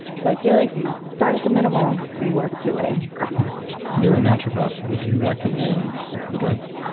so feel like you start at the minimal and work your way up you're a naturopath. would you recommend the drugs?